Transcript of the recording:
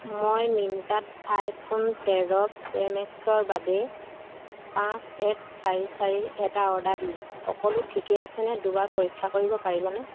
মই মিন্ত্ৰাত আইফোন তেৰ প্ৰ' মেক্সৰ বাবে পাঁচ এক চাৰি চাৰিৰ এটা অৰ্ডাৰ দিলোঁ সকলো ঠিকে আছে নে দুবাৰ পৰীক্ষা কৰিব পাৰিবনে